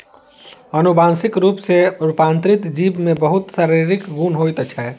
अनुवांशिक रूप सॅ रूपांतरित जीव में बहुत शारीरिक गुण होइत छै